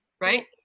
right